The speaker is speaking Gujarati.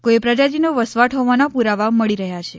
કોઇ પ્રજાતિનો વસવાટ હોવાના પુરાવા મળી રહ્યા છે